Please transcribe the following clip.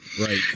Right